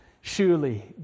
surely